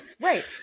Right